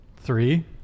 Three